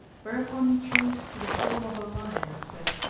whereupon he changed to the form of a lion and said,